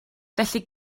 felly